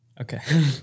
Okay